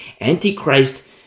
Antichrist